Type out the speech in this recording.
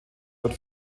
wird